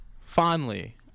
fondly